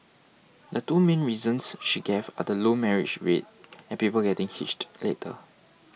the two main reasons she gave are the low marriage rate and people getting hitched later